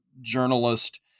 journalist